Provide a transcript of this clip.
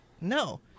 No